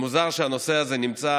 מוזר שהנושא הזה נמצא